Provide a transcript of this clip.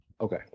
Okay